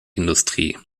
industrie